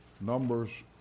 Numbers